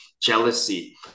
jealousy